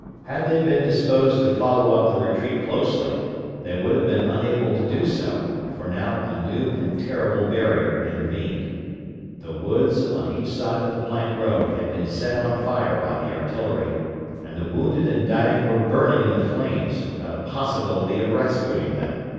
had they been disposed to follow up the retreat closely they would have been unable to do so, for now a new and terrible barrier intervened the woods on each side of the plank road had been set on fire by the artillery and the wounded and dying were burning in the flames without a possibility of rescuing them.